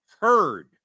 heard